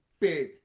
Big